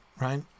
right